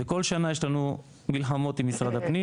וכל שנה יש לנו מלחמות עם משרד הפנים